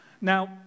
Now